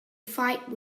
fight